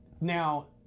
now